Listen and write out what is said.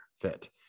fit